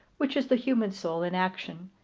which is the human soul in action,